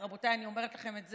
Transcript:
רבותיי, אני אומרת לכם, זה